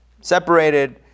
separated